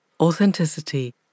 authenticity